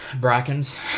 Brackens